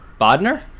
Bodner